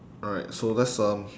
alright so that's um